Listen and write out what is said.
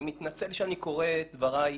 אני מתנצל שאני קורא את דבריי,